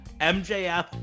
MJF